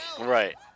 Right